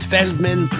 Feldman